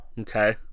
okay